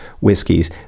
Whiskies